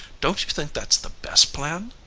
don't you think that's the best plan?